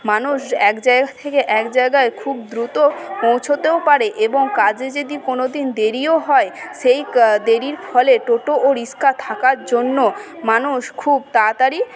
মানুষ এক জায়গা থেকে এক জায়গায় খুব দ্রুত পৌঁছোতেও পারে এবং কাজে যদি কোনোদিন দেরিও হয় সেই দেরির ফলে টোটো ও রিকশা থাকার জন্য মানুষ খুব তাড়াতাড়ি